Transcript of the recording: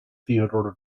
theodore